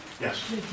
Yes